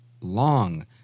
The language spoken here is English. long